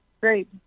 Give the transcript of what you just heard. Great